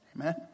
amen